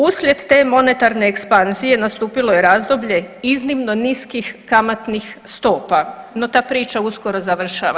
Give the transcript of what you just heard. Uslijed te monetarne ekspanzije nastupilo je razdoblje iznimno niskih kamatnih stopa, no ta priča uskoro završava.